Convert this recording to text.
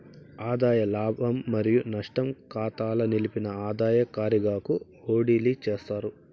ఆదాయ లాభం మరియు నష్టం కాతాల నిలిపిన ఆదాయ కారిగాకు ఓడిలీ చేస్తారు